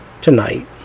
tonight